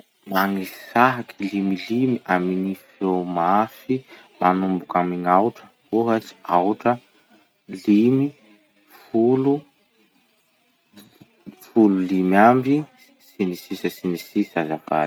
Magnisà kilimilimy amy gny feo mafy manomboky amy gn'aotra. Ohatsy: aotra, limy, folo, folo limy amby, sy ny sisa sy ny sisa azafady.